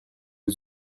aux